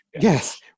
Yes